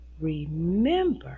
remember